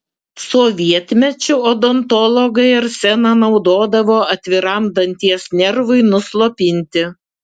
sovietmečiu odontologai arseną naudodavo atviram danties nervui nuslopinti